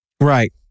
Right